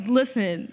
listen